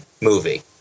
movie